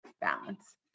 balance